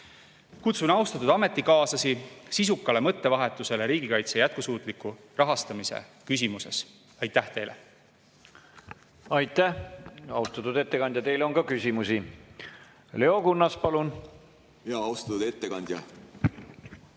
Kutsun austatud ametikaaslasi sisukale mõttevahetusele riigikaitse jätkusuutliku rahastamise küsimuses. Aitäh teile! Aitäh, austatud ettekandja! Teile on ka küsimusi. Leo Kunnas, palun! Austatud ettekandja!